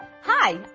Hi